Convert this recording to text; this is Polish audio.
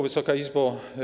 Wysoka Izbo!